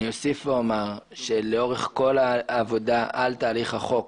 אוסיף ואומר, שלאורך כל העבודה על תהליך החוק